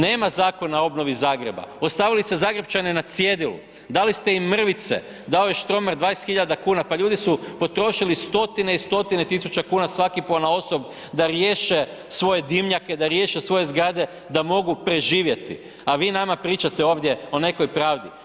Nema zakona o obnovi Zagreba, ostavili ste Zagrepčane na cjedilu, dali ste im mrvice, dao je Štromar 20 000 kuna, pa ljudi su potrošili stotine i stotine tisuća kuna svaki ponaosob da riješe svoj dimnjake, da riješe svoje zgrade da mogu preživjeti a vi nama pričate ovdje o nekoj pravdi.